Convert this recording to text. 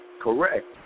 Correct